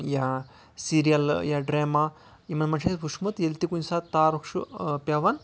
یا سیٖریل یا ڈریما یِمن منٛز چھُ اَسہِ وٕچھمُت ییٚلہِ تہِ کُنہِ ساتہٕ تارُک چھُ پیٚوان